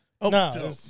No